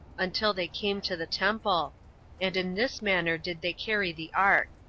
until they came to the temple and in this manner did they carry the ark.